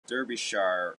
derbyshire